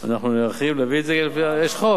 אנחנו נערכים להביא את זה, יש חוק.